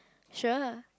sure